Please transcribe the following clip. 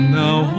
now